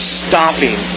stopping